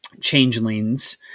changelings